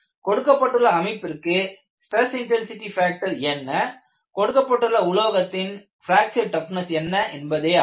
கொடுக்கப்பட்டுள்ள அமைப்பிற்கு stress intensity factor என்ன கொடுக்கப்பட்டுள்ள உலோகத்தின் பிராக்சர் டப்னஸ் என்ன என்பதேயாகும்